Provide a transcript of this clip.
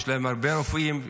יש להן הרבה רופאים,